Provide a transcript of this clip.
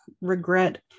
regret